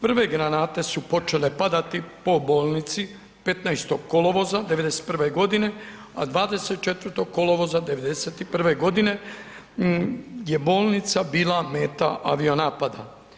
Prve granate su počele padati po bolnici 15. kolovoza 91. godine, a 24. kolovoza 91. godine je bolnica bila meta avio napada.